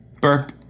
Burp